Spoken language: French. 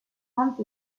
hans